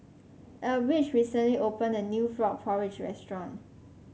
Elbridge recently opened a new Frog Porridge restaurant